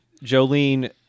Jolene